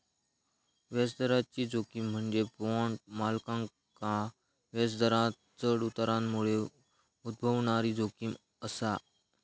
व्याजदराची जोखीम म्हणजे बॉण्ड मालकांका व्याजदरांत चढ उतारामुळे उद्भवणारी जोखीम असा